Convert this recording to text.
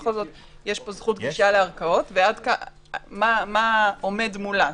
שבכל זאת יש פה זכות גישה לערכאות ומה עומד מולה,